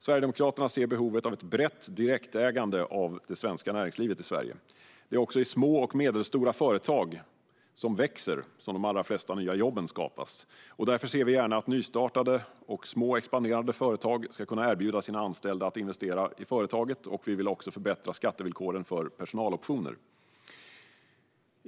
Sverigedemokraterna ser behovet av ett brett direktägande av det svenska näringslivet i Sverige. Det är också i små och medelstora företag som växer som de allra flesta nya jobb skapas. Därför ser vi gärna att nystartade och små expanderande företag ska kunna erbjuda sina anställda att investera i företaget, och vi vill också förbättra skattevillkoren för personaloptioner.